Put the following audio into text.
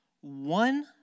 one